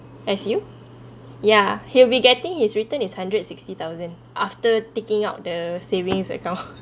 as you ya he'll be getting his return is hundred sixty thousand after taking out the savings account